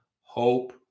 hope